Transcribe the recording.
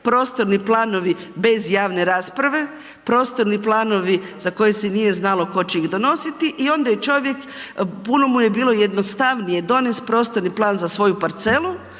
prostorni planovi bez javne rasprave, prostorni planovi za koje se nije znalo tko će ih donositi i onda je čovjek, puno mu je bilo jednostavnije donijet prostorni plan za svoju parcelu